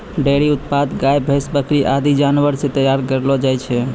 dairy उत्पाद गाय, भैंस, बकरी आदि जानवर सें तैयार करलो जाय छै